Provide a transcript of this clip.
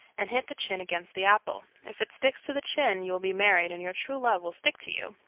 and hit the chin against the apple. if it sticks to the chin, you will be married, and your true love will stick to you.